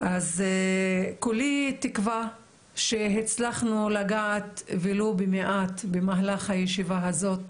כולי תקווה שהצלחנו לגעת ולו במעט במהלך הישיבה הזאת